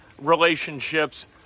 relationships